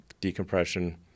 decompression